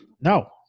no